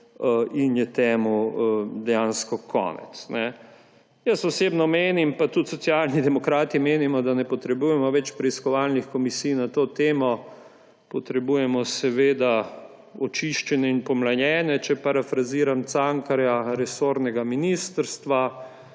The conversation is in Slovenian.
in je temu dejansko konec. Jaz osebno menim, pa tudi Socialni demokrati menimo, da ne potrebujemo več preiskovalnih komisij na to temo. Potrebujemo očiščenje in pomlajenje, če parafraziram Cankarja, resornega ministrstva,